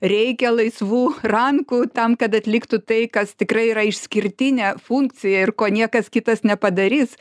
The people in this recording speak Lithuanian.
reikia laisvų rankų tam kad atliktų tai kas tikrai yra išskirtinė funkcija ir ko niekas kitas nepadarys